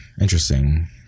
Interesting